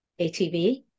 ATV